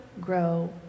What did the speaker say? grow